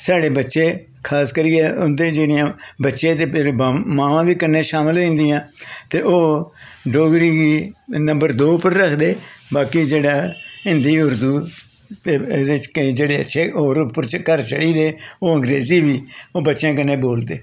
साढ़े बच्चे खास करियै उंदे जि'यां बच्चें दे मावां बी कन्नै शामल होई दियां ते ओह् डोगरी गी नंबर दो उप्पर रखदे बाकी जेह्ड़ा हिन्दी उर्दू ते एह्दे च केईं अच्छे जेह्ड़े होर उप्पर घर चढ़ी दे ओह् अंग्रेजी बी बच्चेआं कन्नै बोलदे